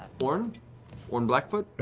orn? orn blackfoot?